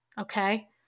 Okay